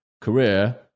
career